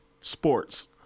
sports